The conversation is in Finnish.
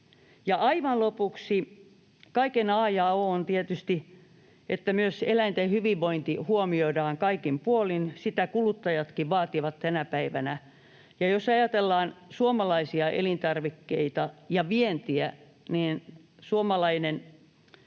aivan lopuksi: Kaiken a ja o on tietysti, että myös eläinten hyvinvointi huomioidaan kaikin puolin. Sitä kuluttajatkin vaativat tänä päivänä. Jos ajatellaan suomalaisia elintarvikkeita ja vientiä, niin suomalainen